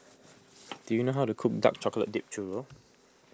do you know how to cook Dark Chocolate Dipped Churro